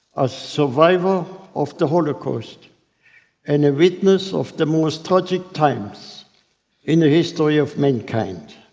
a survivor of the holocaust and a witness of the most tragic times in the history of mankind.